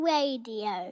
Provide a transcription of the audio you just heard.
Radio